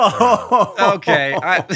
Okay